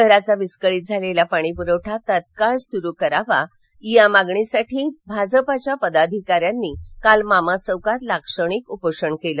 शहराचा विस्कळीत झालेला पाणीप्रवठा तात्काळ सुरळीत करावा या मागणीसाठी भाजपाच्या पदाधिकाऱ्यांनी काल मामा चौकात लाक्षणिक उपोषण केलं